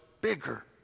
bigger